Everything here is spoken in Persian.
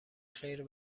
خیر